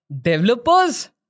developers